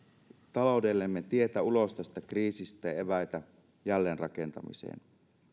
taloudellemme tietä ulos tästä kriisistä ja eväitä jälleenrakentamiseen